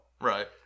right